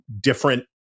different